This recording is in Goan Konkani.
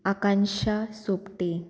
आकांक्षा सोपटे